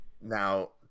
now